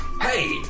Hey